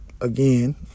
again